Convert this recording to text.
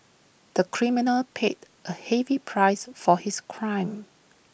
the criminal paid A heavy price for his crime